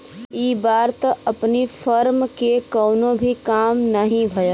इ बार त अपनी फर्म के कवनो भी काम नाही भयल